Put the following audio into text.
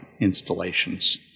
installations